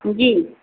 जी